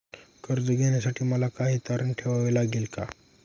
कर्ज घेण्यासाठी मला काही तारण ठेवावे लागेल का?